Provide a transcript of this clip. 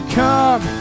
come